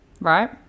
right